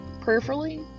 prayerfully